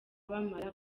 bamara